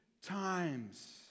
times